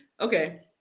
Okay